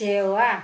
सेवा